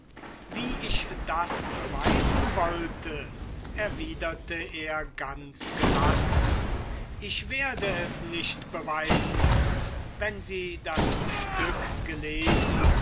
wie ich das beweisen wollte erwiderte er ganz gelassen ich werde es nicht beweisen wem sie das stück gelesen